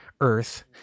earth